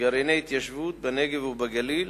גרעיני התיישבות בנגב ובגליל.